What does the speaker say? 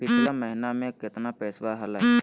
पिछला महीना मे कतना पैसवा हलय?